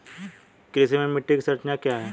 कृषि में मिट्टी की संरचना क्या है?